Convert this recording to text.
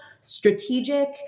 strategic